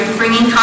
bringing